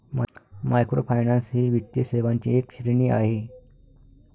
microfinance ही वित्तीय सेवांची एक श्रेणी आहे